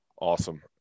awesome